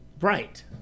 Right